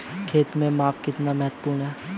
खेत में माप कितना महत्वपूर्ण है?